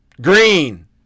Green